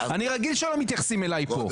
אני רגיל שלא מתייחסים אליי פה.